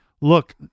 look